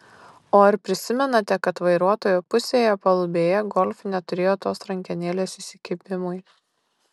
o ar prisimenate kad vairuotojo pusėje palubėje golf neturėjo tos rankenėles įsikibimui